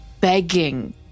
begging